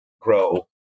grow